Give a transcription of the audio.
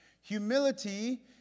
Humility